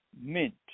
Mint